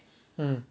hmm